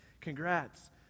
congrats